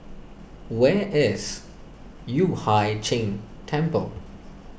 where is Yueh Hai Ching Temple